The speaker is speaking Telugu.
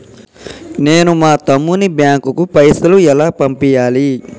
నేను మా తమ్ముని బ్యాంకుకు పైసలు ఎలా పంపియ్యాలి?